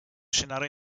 scenario